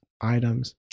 items